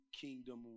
kingdom